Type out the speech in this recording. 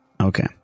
Okay